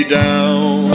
down